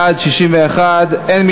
איסור קבלת תמורה בעד עריכת נישואין),